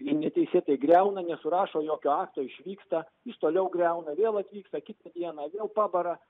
neteisėtai griauna nesurašo jokio akto išvyksta jis toliau griauna vėl atvyksta kitą dieną vėl pabara